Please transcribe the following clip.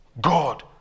God